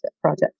project